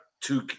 two